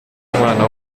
umwana